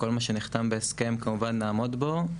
כל מה שנחתם בהסכם כמובן נעמוד בו.